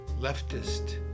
leftist